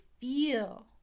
feel